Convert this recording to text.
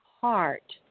heart